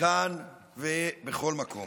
כאן ובכל מקום.